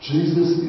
Jesus